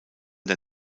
der